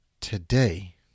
Today